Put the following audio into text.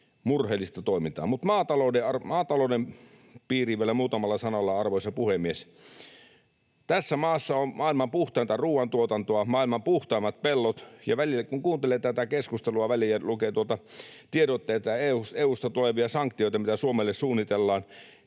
Murheellista toimintaa. Maatalouden piiriin vielä muutamalla sanalla, arvoisa puhemies: Tässä maassa on maailman puhtainta ruoantuotantoa ja maailman puhtaimmat pellot, ja välillä, kun kuuntelee tätä keskustelua ja lukee tuolta tiedotteita EU:sta tulevista sanktioista, mitä Suomelle suunnitellaan